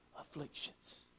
afflictions